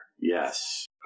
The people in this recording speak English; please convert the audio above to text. Yes